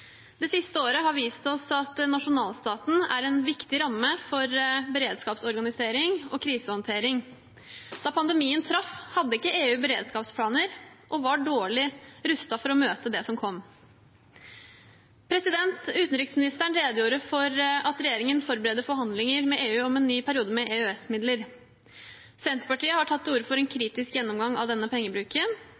Det siste året har vist oss at nasjonalstaten er en viktig ramme for beredskapsorganisering og krisehåndtering. Da pandemien traff, hadde ikke EU beredskapsplaner og var dårlig rustet for å møte det som kom. Utenriksministeren redegjorde for at regjeringen forbereder forhandlinger med EU om en ny periode med EØS-midler. Senterpartiet har tatt til orde for en kritisk gjennomgang av denne pengebruken